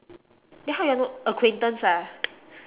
then how y'all know acquaintance ah